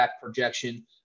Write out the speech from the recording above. projection